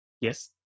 Yes